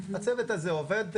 הצוות הזה עובד,